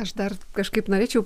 aš dar kažkaip norėčiau